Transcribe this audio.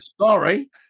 sorry